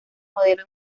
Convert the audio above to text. modelo